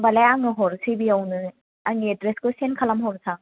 होमबालाय आङो हरनोसै बेयावनो आंनि एडरेसखौ सेन्ड खालाम हरनोसां